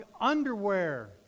underwear